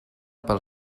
pel